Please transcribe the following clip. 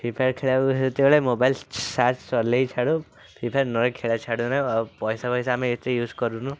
free Fire ଖେଳିବାକୁ ସେତେବେଳେ mobile charge ସରିଲେଇଁ ଛାଡ଼ୁ ଫ୍ରି ଫାୟାର୍ ନ ଖେଳିବା ଛାଡ଼ୁନା ଆଉ ପଇସା ଫଇସା ଆମେ ଏତେ ୟୁଜ୍ କରୁନୁ